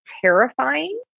terrifying